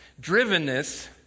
Drivenness